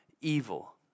evil